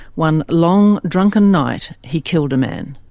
one long, drunken night, he killed a man.